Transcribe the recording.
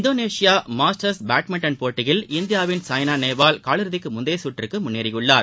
Indonesia Masters badminton போட்டியில் இந்தியாவின் சாய்னா நேவால் காலிறுதிக்கு முந்தைய சுற்றுக்கு முன்னேறியுள்ளார்